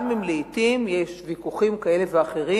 גם אם לעתים יש ויכוחים כאלה ואחרים.